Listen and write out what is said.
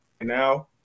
now